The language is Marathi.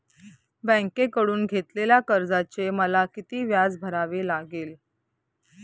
बँकेकडून घेतलेल्या कर्जाचे मला किती व्याज भरावे लागेल?